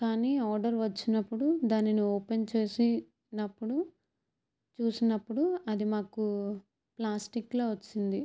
కానీ ఒక ఆర్డర్ వచ్చినప్పుడు దానిని ఓపెన్ చేసి అప్పుడు చూసినప్పుడు అది మాకు ప్లాస్టిక్లో వచ్చింది